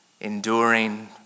Enduring